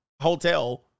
Hotel